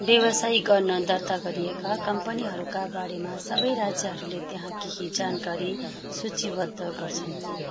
व्यवसाय गर्न दर्ता गरिएका कम्पनीहरूका बारेमा सबै राज्यहरूले त्यहाँ केही जानकारी सूचीबद्ध गर्छन्